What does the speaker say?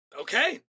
Okay